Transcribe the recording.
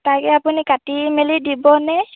তাকে আপুনি কাটি মেলি দিবনে